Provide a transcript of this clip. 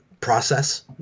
Process